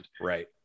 Right